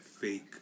fake